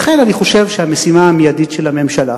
לכן אני חושב שהמשימה המיידית של הממשלה